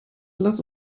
lasst